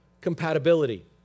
compatibility